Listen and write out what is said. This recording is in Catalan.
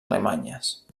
alemanyes